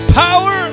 power